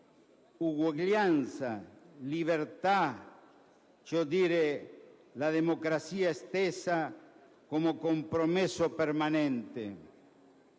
uguaglianza e libertà, cioè a dire la democrazia stessa come un compromesso permanente.